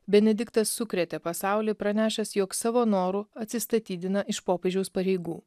benediktas sukrėtė pasaulį pranešęs jog savo noru atsistatydina iš popiežiaus pareigų